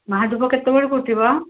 ମହାଦୀପ କେତେବେଳକୁ ଉଠିବ